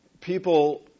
people